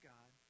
God